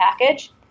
package